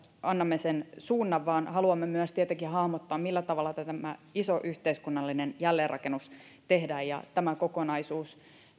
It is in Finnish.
annamme sen suunnan vaan haluamme tietenkin myös hahmottaa millä tavalla tämä iso yhteiskunnallinen jälleenrakennus tehdään tämä kokonaisuus